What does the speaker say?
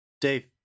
Dave